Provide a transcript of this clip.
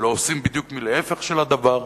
ולא עושים בדיוק ההיפך של הדבר.